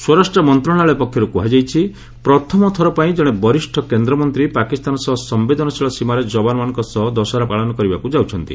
ସ୍ୱରାଷ୍ଟ୍ର ମନ୍ତ୍ରଣାଳୟ ପକ୍ଷର୍ କୁହାଯାଇଛି ପ୍ରଥମ ଥରପାଇଁ ଜଣେ ବରିଷ୍ଠ କେନ୍ଦ୍ରମନ୍ତ୍ରୀ ପାକିସ୍ତାନ ସହ ସମ୍ଭେଦନଶୀଳ ସୀମାରେ ଯବାନମାନଙ୍କ ସହ ଦଶହରା ପାଳନ କରିବାକୃ ଯାଉଛନ୍ତି